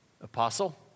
apostle